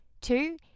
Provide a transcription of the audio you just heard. Two